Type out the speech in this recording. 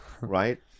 right